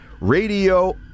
Radio